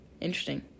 Interesting